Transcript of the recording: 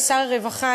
שר הרווחה,